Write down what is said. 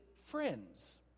friends